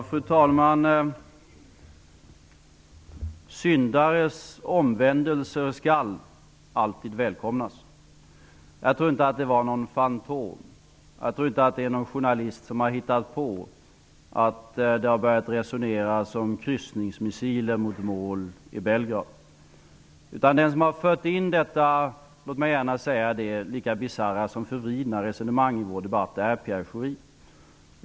Fru talman! Syndares omvändelser skall alltid välkomnas. Jag tror inte att det var någon fantom och jag tror inte att det var någon journalist som har hittat på att det har börjat resoneras om kryssningsmissiler mot mål i Belgrad. Den som har fört in detta, låt mig gärna säga lika bisarra som förvridna resonemang i vår debatt, är Pierre Schori.